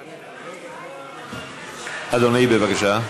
אדוני, בבקשה.